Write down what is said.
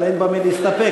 אבל אין במה להסתפק,